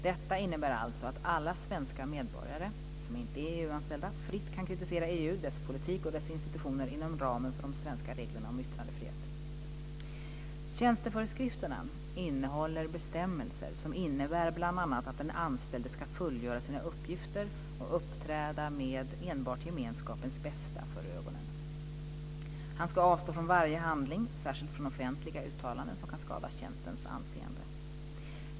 Detta innebär alltså att alla svenska medborgare, som inte är EU-anställda, fritt kan kritisera EU, dess politik och dess institutioner inom ramen för de svenska reglerna om yttrandefrihet. Tjänsteföreskrifterna innehåller bestämmelser som innebär bl.a. att den anställde ska fullgöra sina uppgifter och uppträda med enbart gemenskapens bästa för ögonen. Han ska avstå från varje handling - särskilt från offentliga uttalanden - som kan skada tjänstens anseende.